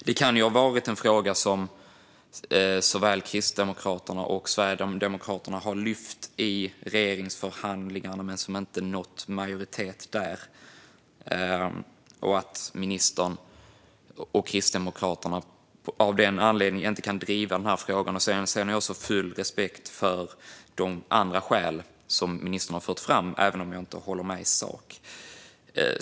Det här kan ha varit en fråga som såväl Kristdemokraterna som Sverigedemokraterna har lyft upp i regeringsförhandlingarna men som inte har nått majoritet där, och därför kan ministern och Kristdemokraterna av den anledningen inte driva frågorna. Jag har också full respekt för de skäl som ministern har fört fram, även om jag inte håller med i sak.